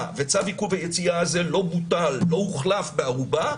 וצו עיכוב היציאה הזה לא בוטל ולא הוחלף בערובה,